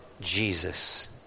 Jesus